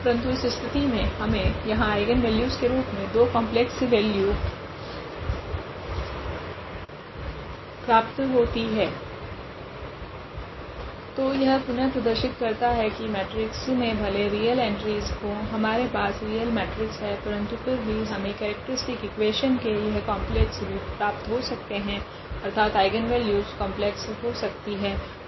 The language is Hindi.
परंतु इस स्थिति मे हमे यहाँ आइगनवेल्यूस के रूप मे 2 कॉम्प्लेक्स वैल्यू प्राप्त होती है तो यह पुनः प्रदर्शित करता है की मेट्रिक्स मे भले रियल एंट्रीस हो हमारे पास रियल मेट्रिक्स है परंतु फिर भी हमे केरेक्ट्रीस्टिक इक्वेशन के यह कॉम्प्लेक्स रूट प्राप्त हो सकते है अर्थात आइगनवेल्यूस कॉम्प्लेक्स हो सकते है